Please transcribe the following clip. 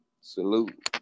salute